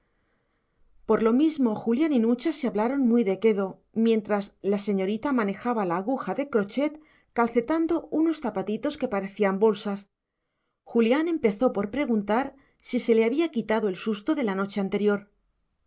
por lo mismo julián y nucha se hablaron muy de quedo mientras la señorita manejaba la aguja de crochet calcetando unos zapatitos que parecían bolsas julián empezó por preguntar si se le había quitado el susto de la noche anterior